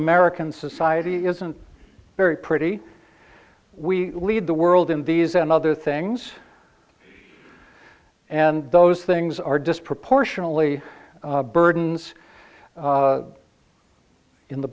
american society isn't very pretty we had the world in these and other things and those things are disproportionately burdens in the